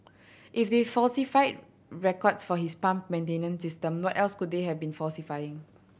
if they falsified records for this pump maintenance system what else could they have been falsifying